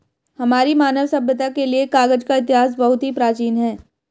हमारी मानव सभ्यता के लिए कागज का इतिहास बहुत ही प्राचीन है